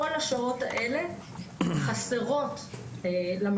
כל השמות האלה חסרים במערכת.